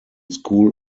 school